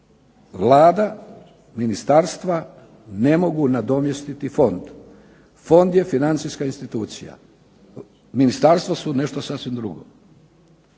Vlada, ministarstva ne mogu nadomjestiti fond. Fond je financijska institucija, ministarstva su nešto sasvim drugo.